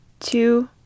Two